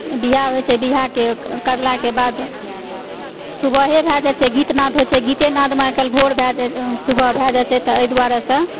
बिआह होइ छै बिआह करलाके बाद सुबहे भऽ जाइ छै गीतनाद होइ छै गीतेनादमे आइकाल्हि भोर भऽ जाइ छै सुबह भऽ जाइ छै एहि दुआरेसँ